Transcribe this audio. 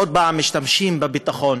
עוד פעם משתמשים בביטחון